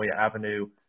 Avenue